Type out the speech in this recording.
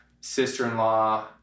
sister-in-law